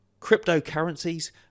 cryptocurrencies